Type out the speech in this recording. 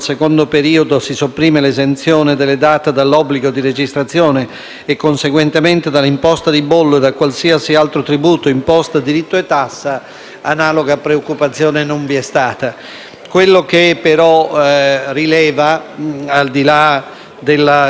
e, conseguentemente, dall'imposta di bollo e da qualsiasi altro tributo, imposta, diritto e tassa, analoga preoccupazione non vi è stata. Quello che rileva, al di là della notevole flessibilità della 5ª Commissione,